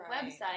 website